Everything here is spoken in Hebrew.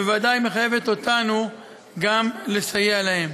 בוודאי מחייבת אותנו גם לסייע להם.